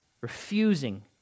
refusing